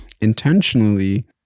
intentionally